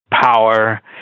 power